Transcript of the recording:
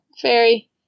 fairy